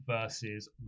versus